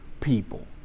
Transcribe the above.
people